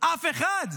אף אחד.